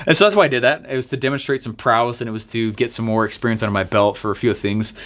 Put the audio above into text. and so that's why i did that, it was to demonstrate some prowess. and it was to get some more experience under my belt for a few things.